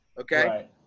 Okay